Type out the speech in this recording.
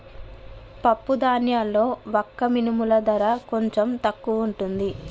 పప్పు ధాన్యాల్లో వక్క మినుముల ధర కొంచెం తక్కువుంటది